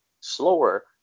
slower